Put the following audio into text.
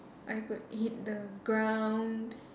I could hit the ground